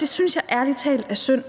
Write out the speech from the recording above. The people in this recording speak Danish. Det synes jeg ærlig talt er synd.